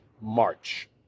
March